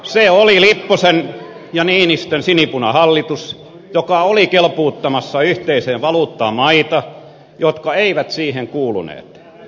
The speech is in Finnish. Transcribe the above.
se oli lipposen ja niinistön sinipunahallitus joka oli kelpuuttamassa yhteiseen valuuttaan maita jotka eivät siihen kuuluneet